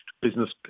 business